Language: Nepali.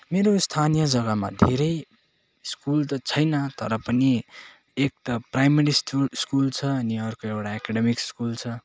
मेरो स्थानीय जग्गामा धेरै स्कुल त छैन तर पनि एक त प्राइमेरी स्टुल स्कुल छ अनि अर्को एउटा एकाडेमिक स्कुल छ